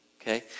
Okay